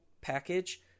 package